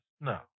No